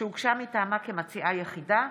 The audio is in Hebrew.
שהוגשה מטעמה כמציעה יחידה,